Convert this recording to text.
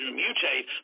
mutate